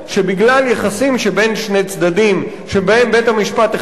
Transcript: שבגלל יחסים שבין שני צדדים שבהם בית-המשפט החליט,